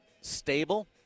stable